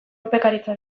urpekaritza